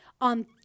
on